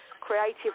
creative